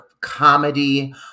comedy